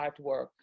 artwork